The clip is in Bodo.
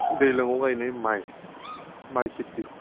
दैज्लाङाव गायनाय माइ माइ खिथि